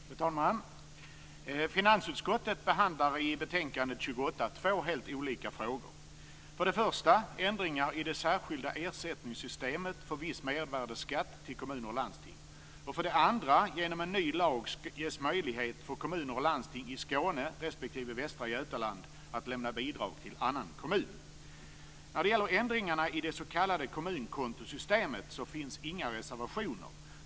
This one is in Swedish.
Fru talman! Finansutskottet behandlar i betänkande 28 två helt olika frågor. För det första ändringar i det särskilda ersättningssystemet för viss mervärdesskatt till kommuner och landsting. För det andra ges genom en ny lag möjlighet för kommuner och landsting i Skåne respektive Västra Götaland att lämna bidrag till annan kommun. När det gäller ändringarna i det s.k. kommunkontosystemet finns inga reservationer.